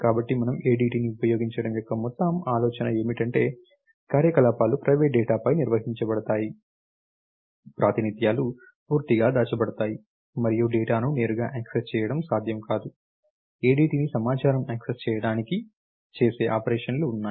కాబట్టి మనము ADTని ఉపయోగించడం యొక్క మొత్తం ఆలోచన ఏమిటంటే కార్యకలాపాలు ప్రైవేట్ డేటాపై నిర్వచించబడతాయి ప్రాతినిధ్యాలు పూర్తిగా దాచబడతాయి మరియు డేటాను నేరుగా యాక్సెస్ చేయడం సాధ్యం కాదు ADTని సమాచారం యాక్సెస్ చేయడానికి చేసే ఆపరేషన్లు ఉన్నాయి